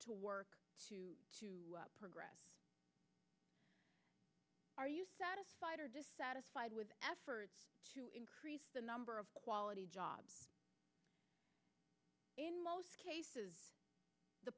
to work to to progress are you satisfied or dissatisfied with efforts to increase the number of quality jobs in most cases the